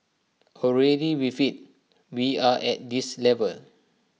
already with IT we are at this level